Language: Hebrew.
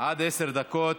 עד עשר דקות.